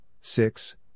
Six